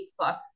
Facebook